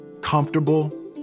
comfortable